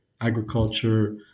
agriculture